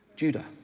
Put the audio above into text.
Judah